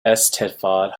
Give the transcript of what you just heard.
eisteddfod